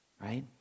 right